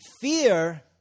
fear